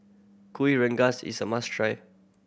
Kuih Rengas is a must try